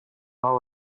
all